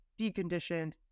deconditioned